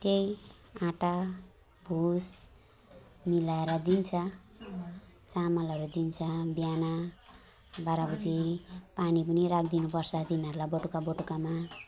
त्यही आँटा भुस मिलाएर दिन्छ चामलहरू दिन्छ बिहान बाह्र बजे पानी पनि राखिदिनु पर्छ तिनीहरूलाई बटुका बटुकामा